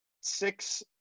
six